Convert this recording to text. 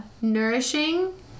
nourishing